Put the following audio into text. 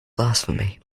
blasphemy